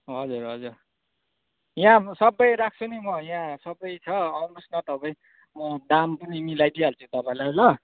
हजुर हजुर यहाँ सबै राख्छु नि म यहाँ सबै छ आउनुहोस् न तपाईँ म दाम पनि मिलाइ दिइहाल्छु नि तपाईँलाई ल